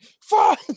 fuck